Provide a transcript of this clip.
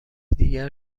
دیگر